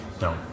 No